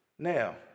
Now